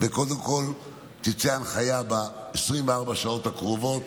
וקודם כול תצא הנחיה ברורה לרשויות ב-24 השעות הקרובות,